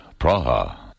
Praha